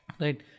Right